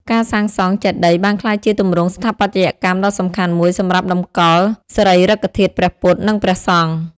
ការសាងសង់ចេតិយបានក្លាយជាទម្រង់ស្ថាបត្យកម្មដ៏សំខាន់មួយសម្រាប់តម្កល់សារីរិកធាតុព្រះពុទ្ធ និងព្រះសង្ឃ។